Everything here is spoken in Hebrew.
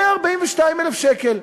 142,000 שקל.